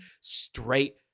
straight